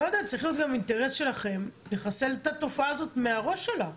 צריך להיות גם אינטרס שלכם לחסל את התופעה הזאת מהראש שלה,